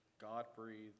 God-breathed